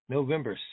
November